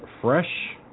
fresh